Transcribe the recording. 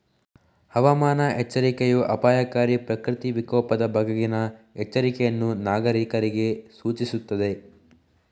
ಹವಾಮಾನ ಎಚ್ಚರಿಕೆಯೂ ಅಪಾಯಕಾರಿ ಪ್ರಕೃತಿ ವಿಕೋಪದ ಬಗೆಗಿನ ಎಚ್ಚರಿಕೆಯನ್ನು ನಾಗರೀಕರಿಗೆ ಸೂಚಿಸುತ್ತದೆ